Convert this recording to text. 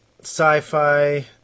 sci-fi